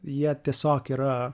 jie tiesiog yra